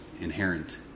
inherent